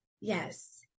Yes